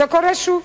זה קורה שוב.